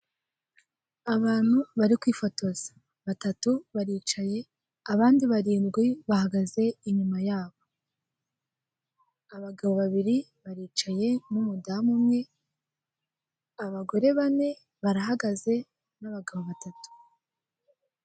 Abantu bari kwifotoza, batatu baricaye abandi barindwi bahagaze inyuma yabo, abagabo babiri baricaye n'umudamu umwe, abagore bane barahagaze n'abagabo batatu.